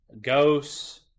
Ghosts